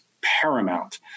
paramount